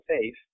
safe